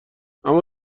اما